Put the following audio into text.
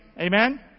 Amen